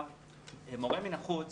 מורה מן החוץ